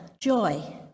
joy